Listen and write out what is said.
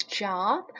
job